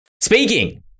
Speaking